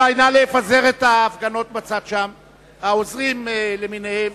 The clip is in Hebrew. נא לפזר את ההפגנות בצד, העוזרים למיניהם.